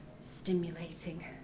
stimulating